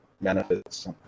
benefits